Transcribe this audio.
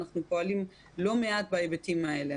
אנחנו פועלים לא מעט בהיבטים האלה.